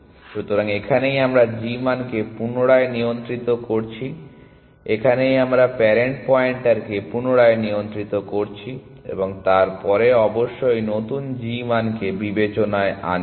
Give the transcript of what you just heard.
সুতরাং এখানেই আমরা g মানকে পুনরায় নিয়ন্ত্রিত করছি এখানেই আমরা প্যারেন্ট পয়েন্টারকে পুনরায় নিয়ন্ত্রিত করছি এবং তারপরে অবশ্যই নতুন g মানকে বিবেচনায় নিয়েছি